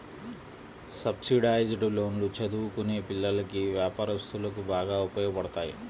subsidised లోన్లు చదువుకునే పిల్లలకి, వ్యాపారస్తులకు బాగా ఉపయోగపడతాయి